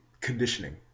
Conditioning